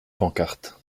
pancarte